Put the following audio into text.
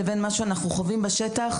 לבין מה שאנחנו חווים בשטח,